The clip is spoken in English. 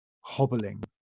hobbling